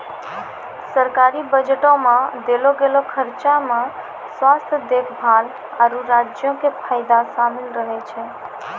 सरकारी बजटो मे देलो गेलो खर्चा मे स्वास्थ्य देखभाल, आरु राज्यो के फायदा शामिल रहै छै